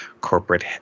corporate